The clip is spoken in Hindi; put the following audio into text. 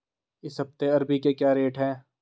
इस हफ्ते अरबी के क्या रेट हैं?